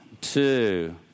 two